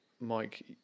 Mike